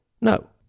no